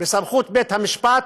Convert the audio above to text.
בסמכות בית-המשפט,